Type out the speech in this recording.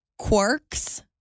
quarks